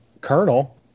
colonel